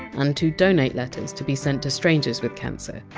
and to donate letters to be sent to strangers with cancer.